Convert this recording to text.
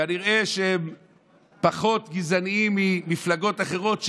כנראה שהם פחות גזענים ממפלגות אחרות,